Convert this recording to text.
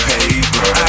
Paper